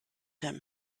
him